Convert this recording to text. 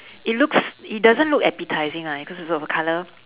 it looks it doesn't look appetising lah because of the colour